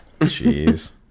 Jeez